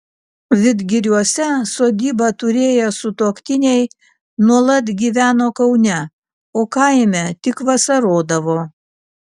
vidgiriuose sodybą turėję sutuoktiniai nuolat gyveno kaune o kaime tik vasarodavo